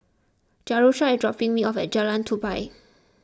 Jerusha is dropping me off at Jalan Tupai